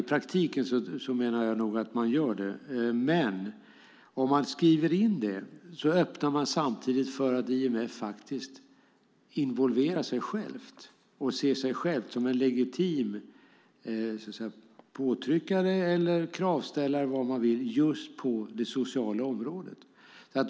Jag menar nog att man gör det i praktiken, men om man skriver in det öppnar man samtidigt för att IMF involverar sig självt och ser sig självt som en legitim påtryckare eller kravställare på det sociala området.